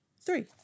three